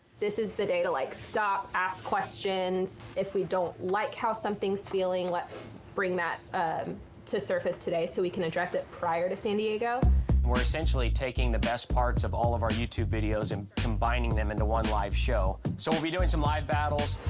this is the day to, like, stop, ask questions. if we don't like how something's feeling, let's bring that to surface today so we can address it prior to san diego. tyler we're essentially taking the best parts of all of our youtube videos and combining them into one live show. so we'll be doing some live battles.